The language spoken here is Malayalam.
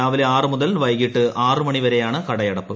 രാവിലെ ആറ് മുതൽ വൈകിട്ട് ആറ് മണിവരെയാണ് കടയടപ്പ്